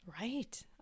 Right